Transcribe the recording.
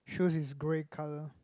shoes is grey colour